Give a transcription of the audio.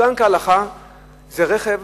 שזה רכב